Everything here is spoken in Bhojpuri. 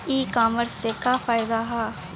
ई कामर्स से का फायदा ह?